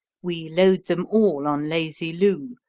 we load them all on lazy lou,